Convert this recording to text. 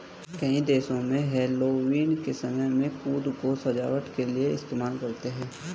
कई देशों में हैलोवीन के समय में कद्दू को सजावट के लिए इस्तेमाल करते हैं